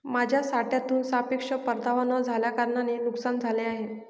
माझ्या साठ्यातून सापेक्ष परतावा न झाल्याकारणाने नुकसान झाले आहे